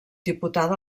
diputada